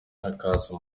hakaza